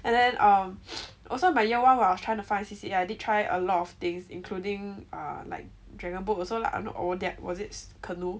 and then um also my year one while I was trying to find a C_C_A I did try a lot of things including err like dragon boat also lah or not O_DAC was it canoe